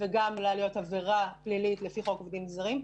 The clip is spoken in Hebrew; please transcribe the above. וגם עבירה פלילית לפי חוק עובדים זרים,